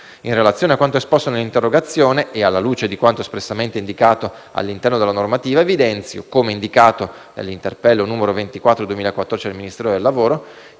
In relazione a quanto esposto nell'interrogazione, e alla luce di quanto espressamente indicato all'interno della normativa, evidenzio, come indicato nell'interpello n 24 del 2014 del Ministero del lavoro